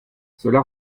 cela